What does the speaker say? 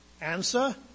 Answer